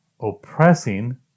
oppressing